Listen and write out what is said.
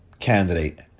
Candidate